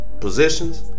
positions